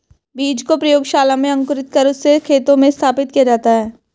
बीज को प्रयोगशाला में अंकुरित कर उससे खेतों में स्थापित किया जाता है